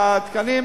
התקנים.